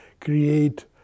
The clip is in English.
create